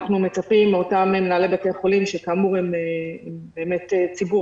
אנחנו מצפים מאותם מנהלי בתי חולים שכאמור הם באמת ציבור